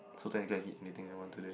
so technically I can eat anything I want today